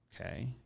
okay